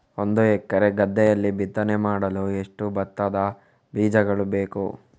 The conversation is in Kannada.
ಒಂದು ಎಕರೆ ಗದ್ದೆಯಲ್ಲಿ ಬಿತ್ತನೆ ಮಾಡಲು ಎಷ್ಟು ಭತ್ತದ ಬೀಜಗಳು ಬೇಕು?